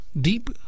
Deep